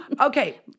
Okay